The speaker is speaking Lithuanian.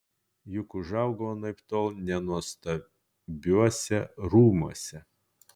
juk užaugau anaiptol ne nuostabiuose rūmuose